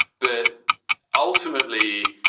but ultimately,